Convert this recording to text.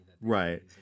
Right